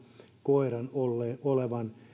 koiran olevan